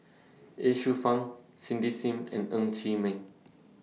Ye Shufang Cindy SIM and Ng Chee Meng